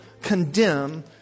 condemn